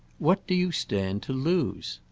what do you stand to lose?